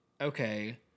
okay